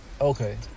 Okay